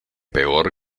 peor